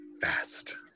Fast